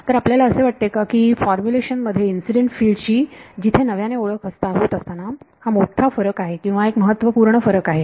तर आपल्याला असे वाटते का की फॉर्मुलेशन मध्ये इन्सिडेंट फिल्ड ची जिथे नव्याने ओळख होत असताना हा मोठा फरक आहे किंवा एक महत्त्वपूर्ण फरक आहे